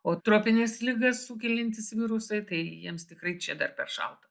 o tropines ligas sukeliantys virusai tai jiems tikrai čia dar per šalta